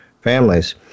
families